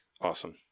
awesome